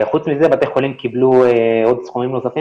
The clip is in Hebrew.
חוץ מזה בתי חולים קיבלו עוד סכומים נוספים